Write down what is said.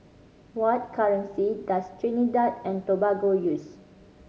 what currency does Trinidad and Tobago use